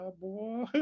boy